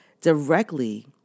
directly